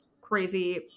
crazy